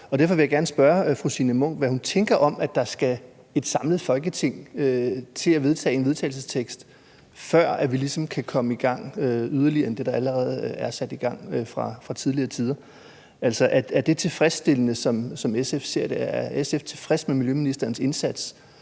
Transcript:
Derfor vil jeg gerne spørge fru Signe Munk, hvad hun tænker om, at der skal et samlet Folketing til at vedtage et forslag til vedtagelse, før vi ligesom kan komme yderligere i gang med mere end det, der allerede er sat i gang fra tidligere tider. Er det tilfredsstillende, som SF ser det? Er SF tilfreds med miljøministerens indsat